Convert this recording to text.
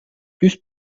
plus